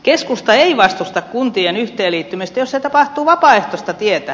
keskusta ei vastusta kuntien yhteenliittymistä jos se tapahtuu vapaaehtoista tietä